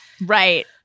right